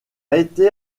été